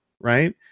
right